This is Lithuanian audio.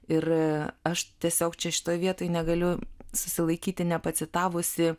ir aš tiesiog čia šitoj vietoj negaliu susilaikyti nepacitavusi